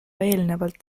eelnevalt